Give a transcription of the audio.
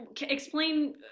Explain